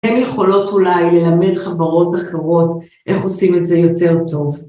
‫הן יכולות אולי ללמד חברות אחרות ‫איך עושים את זה יותר טוב.